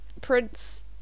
Prince